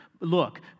look